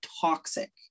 toxic